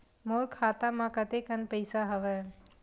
मोर खाता म कतेकन पईसा हवय?